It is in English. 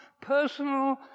personal